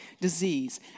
disease